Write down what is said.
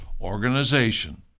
organization